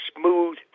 smooth